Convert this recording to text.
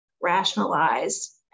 rationalize